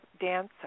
dancer